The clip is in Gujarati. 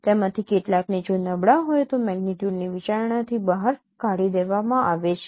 તેમાંથી કેટલાકને જો નબળા હોય તો મેગ્નીટ્યુડની વિચારણાથી બહાર કાઢી દેવામાં આવે છે